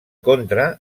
contra